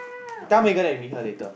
tell Megan that you meet her later